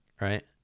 right